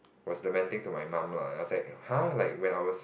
was lamenting to my mum lah I was like !huh! like when I was